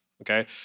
Okay